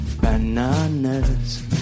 bananas